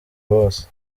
bose